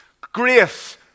grace